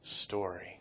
story